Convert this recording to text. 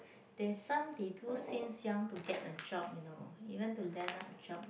there's some they do since young to get a job you know even to land up job